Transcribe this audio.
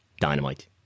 Dynamite